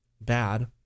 bad